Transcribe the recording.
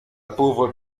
pauvre